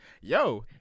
Yo